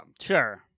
Sure